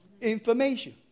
Information